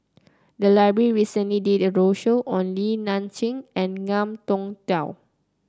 the library recently did a roadshow on Li Nanxing and Ngiam Tong Dow